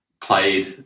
played